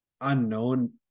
unknown